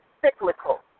cyclical